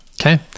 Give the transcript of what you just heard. Okay